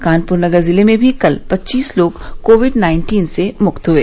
कानपुर नगर जिले में भी कल पच्चीस लोग कोविड नाइन्टीन से मुक्त हुए